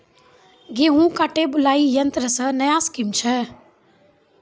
गेहूँ काटे बुलाई यंत्र से नया स्कीम छ?